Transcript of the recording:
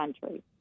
country